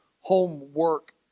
homework